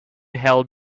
held